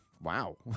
Wow